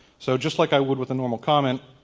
so just like i would with a normal comment,